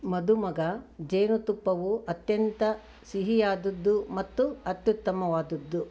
ಮದುಮಗ ಜೇನುತುಪ್ಪವು ಅತ್ಯಂತ ಸಿಹಿಯಾದದ್ದು ಮತ್ತು ಅತ್ಯುತ್ತಮವಾದದ್ದು